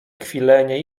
kwilenie